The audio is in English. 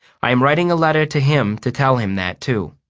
i am writing a letter to him to tell him that, too.